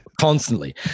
Constantly